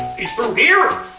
he's through here?